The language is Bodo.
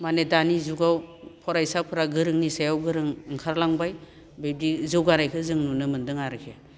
माने दानि जुगाव फरायसाफोरा गोरोंनि सायाव गोरों ओंखारलांबाय बिब्दि जौगानायखौ जों नुनो मोन्दों आरोखि